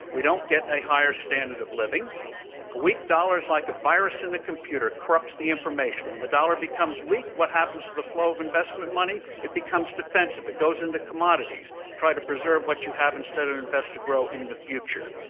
we don't get a higher standard of living. a weak dollar is like a virus in a computer, corrupts the information. when the dollar becomes weak, what happens to the flow of investment money? money? it becomes defensive. it goes into commodities. try to preserve what you have instead of invest to grow in the future.